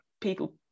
people